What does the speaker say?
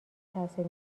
تاثیر